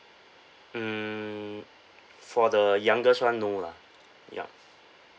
hmm for the youngest [one] no lah yup